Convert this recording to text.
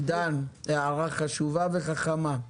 עידן, הערה חשובה וחכמה.